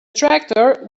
tractor